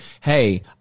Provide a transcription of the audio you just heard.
Hey